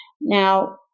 Now